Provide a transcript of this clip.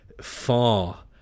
far